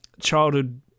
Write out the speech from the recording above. childhood